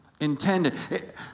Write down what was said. intended